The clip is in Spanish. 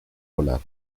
volar